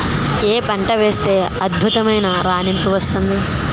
ఏ పంట వేస్తే అద్భుతమైన రాణింపు వస్తుంది?